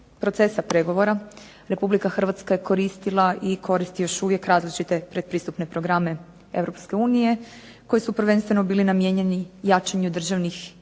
procesa pregovora Republika Hrvatska je koristila i koristi još uvijek različite pretpristupne programe Europske unije, koji su prvenstveno bili namijenjeni jačanju državnih